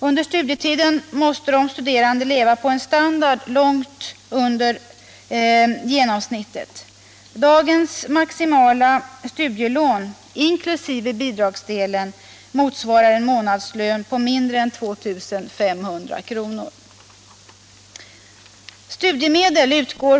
Under studietiden måste den studerande leva 197 på en standard långt under genomsnittet.